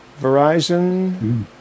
Verizon